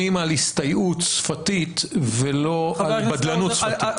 על הסתייעות שפתית ולא על בדלנות שפתית.